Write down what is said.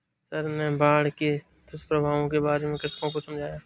sir ने बाढ़ के दुष्प्रभावों के बारे में कृषकों को समझाया